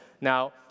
Now